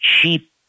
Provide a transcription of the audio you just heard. cheap